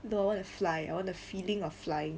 don't wanna fly I want the feeling of flying